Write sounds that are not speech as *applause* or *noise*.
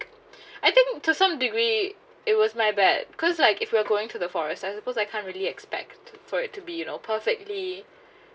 *breath* I think to some degree it was my bad cause like if we are going to the forest I suppose I can't really expect for it to be you know perfectly